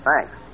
Thanks